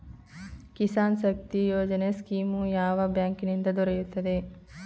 ಕಿಸಾನ್ ಶಕ್ತಿ ಯೋಜನೆ ಸ್ಕೀಮು ಯಾವ ಬ್ಯಾಂಕಿನಿಂದ ದೊರೆಯುತ್ತದೆ?